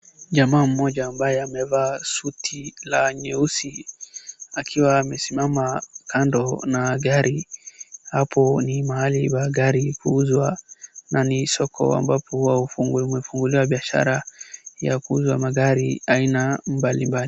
Jamaa mmoja ambaye amevaa suti la nyeusi akiwa amesimama kando na gari. hapo ni mahali pa gari kuuzwa na ni soko ambapo huwa umefunguliwa biashara ya kuuza magari aina mbalimbali.